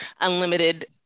unlimited